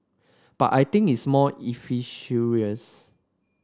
but I think it's more efficacious